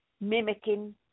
mimicking